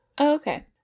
Okay